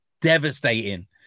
devastating